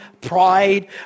pride